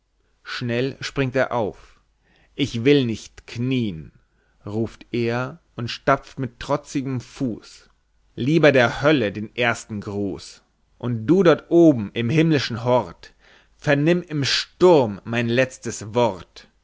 schnell springt er auf ich will nicht knie'n ruft er und stampft mit trotzigem fuß lieber der hölle den ersten gruß und du dort oben im himmlischen hort vernimm im sturm mein letztes wort